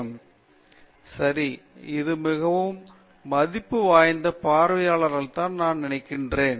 பேராசிரியர் பிரதாப் ஹரிதாஸ் சரி இது மிகவும் மதிப்பு வாய்ந்த பார்வையைத்தான் நான் நினைக்கிறேன்